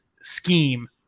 scheme